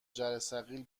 جرثقیل